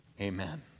Amen